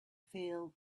feel